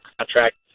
contract